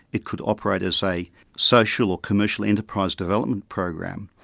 it could operate as a social or commercial enterprise development program.